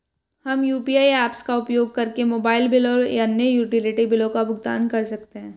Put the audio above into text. हम UPI apps का उपयोग करके मोबाइल बिल और अन्य यूटिलिटी बिलों का भुगतान कर सकते हैं